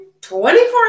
24